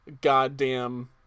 goddamn